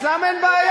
כמו שהיה,